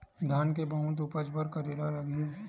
धान के बहुत उपज बर का करेला लगही?